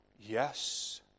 Yes